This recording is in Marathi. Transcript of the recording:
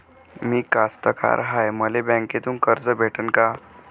मी कास्तकार हाय, मले बँकेतून कर्ज भेटन का?